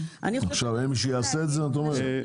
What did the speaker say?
עכשיו אין מי שיעשה את זה, את אומרת?